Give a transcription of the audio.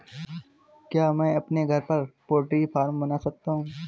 क्या मैं अपने घर पर पोल्ट्री फार्म बना सकता हूँ?